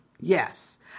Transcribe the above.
Yes